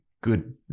good